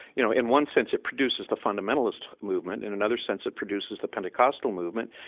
you know, in one sense, it produces the fundamentalist movement. in another sense, it produces the pentecostal movement.